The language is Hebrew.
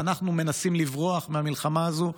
ואנחנו מנסים לברוח מהמלחמה הזו.